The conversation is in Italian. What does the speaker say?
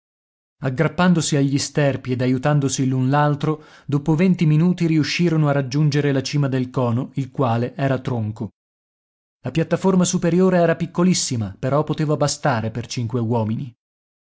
aggrappandosi agli sterpi ed aiutandosi l'un l'altro dopo venti minuti riuscirono a raggiungere la cima del cono il quale era tronco la piattaforma superiore era piccolissima però poteva bastare per cinque uomini